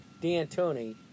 D'Antoni